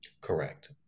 Correct